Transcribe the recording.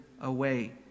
away